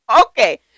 Okay